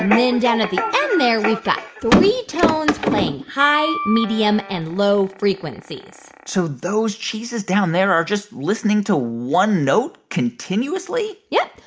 then, down at the end there, we've got three tones playing high, medium and low frequencies so those cheeses down there are just listening to one note continuously? yep.